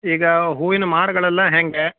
ಈಗ ಹೂವಿನ ಮಾರುಗಳೆಲ್ಲ ಹೇಗೆ